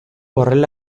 horrela